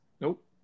Nope